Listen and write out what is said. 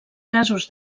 casos